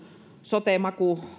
sote maku